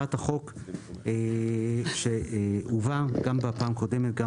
הצעת החוק שהובא גם בפעם הקודמת וגם